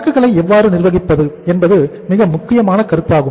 சரக்குகளை எவ்வாறு நிர்வகிப்பது என்பது மிக முக்கியமான கருத்தாகும்